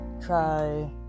try